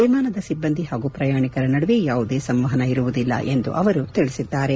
ವಿಮಾನದ ಸಿಬ್ಬಂದಿ ಹಾಗೂ ಪ್ರಯಾಣಿಕರ ನಡುವೆ ಯಾವುದೇ ಸಂವಹನ ಇರುವುದಿಲ್ಲ ಎಂದು ಅವರು ತಿಳಿಸಿದ್ದಾರೆ